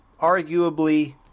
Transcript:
Arguably